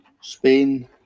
Spain